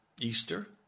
Easter